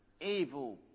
evil